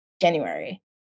January